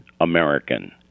American